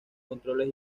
controles